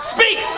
Speak